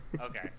Okay